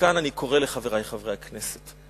כאן אני קורא לחברי חברי הכנסת,